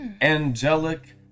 angelic